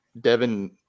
Devin